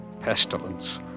pestilence